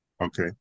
Okay